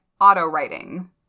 Auto-writing